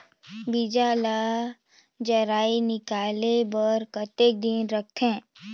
बीजा ला जराई निकाले बार कतेक दिन रखथे?